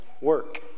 work